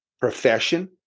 profession